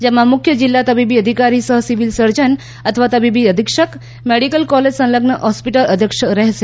જેમાં મુખ્ય જિલ્લા તબીબી અધિકારી સહ સિવિલ સર્જન શ્રી અથવા તબીબી અધિક્ષકશ્રી મેડિકલ કોલેજ સંલઝ્ન હોસ્પિટલ અધ્યક્ષ તરીકે રહેશે